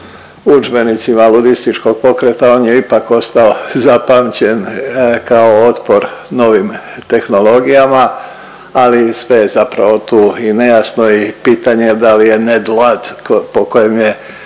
udžbenicima ludističkog pokreta, on je ipak ostao zapamćen kao otpor novim tehnologijama, ali sve je zapravo tu i nejasno i pitanje je da li je Nedu Ludd po kojem je